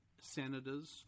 senators